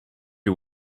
you